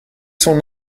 son